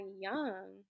young